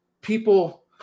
people